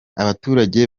abaturage